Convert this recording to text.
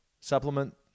supplement